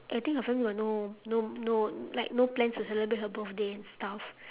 I think her family got no no no like no plans to celebrate her birthday and stuff